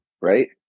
right